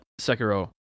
Sekiro